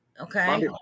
Okay